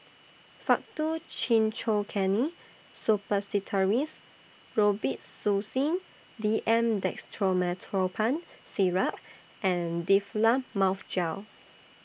Faktu Cinchocaine Suppositories Robitussin D M Dextromethorphan Syrup and Difflam Mouth Gel